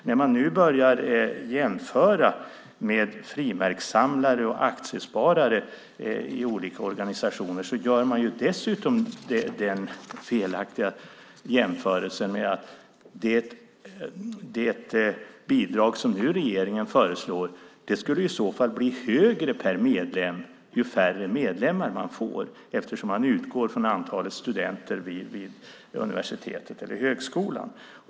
När man nu börjar jämföra med frimärkssamlare och aktiesparare i olika organisationer gör man dessutom den felaktiga jämförelsen att det bidrag som regeringen nu föreslår i så fall skulle bli högre per medlem ju färre medlemmar man får, eftersom man utgår från antalet studenter vid universitetet eller högskolan.